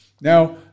Now